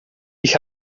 ich